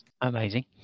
Amazing